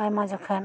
ᱟᱭᱢᱟ ᱡᱚᱠᱷᱚᱱ